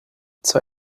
zur